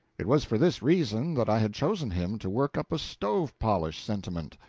it was for this reason that i had chosen him to work up a stove-polish sentiment.